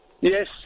Yes